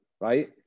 right